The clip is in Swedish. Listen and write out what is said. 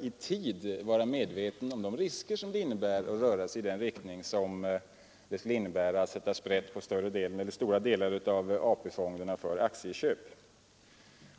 i tid bör vara medvetna om de risker det innebär att röra sig i den riktning som sätter sprätt på stora delar av AP-fonderna för aktieköp.